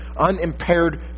unimpaired